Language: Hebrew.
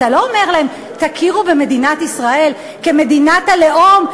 אתה לא אומר להם: תכירו במדינת ישראל כמדינת הלאום,